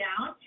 down